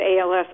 ALS